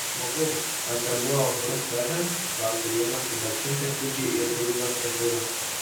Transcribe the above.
žmogau ar ten buvo bruk vega klausia vienas tada čiumpa fidžį ir grūda prie durų